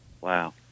Wow